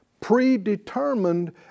predetermined